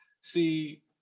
See